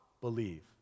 believe